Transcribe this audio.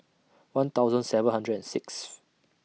one thousand seven hundred and Sixth